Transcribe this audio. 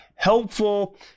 helpful